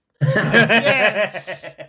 yes